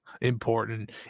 important